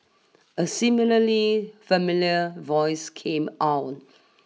a similarly familiar voice came on